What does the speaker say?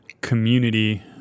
community